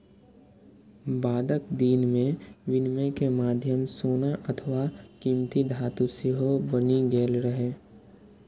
बादक दिन मे विनिमय के माध्यम सोना अथवा कीमती धातु सेहो बनि गेल रहै